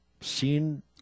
seen